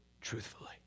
truthfully